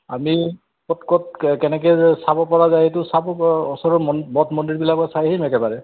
আমি ক'ত ক'ত কেনেকৈ চাব পৰা যায় সেইটো চাব ওচৰৰ মঠ মন্দিৰবিলাকৰ চাই আহিম একেবাৰে